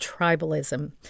tribalism